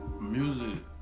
Music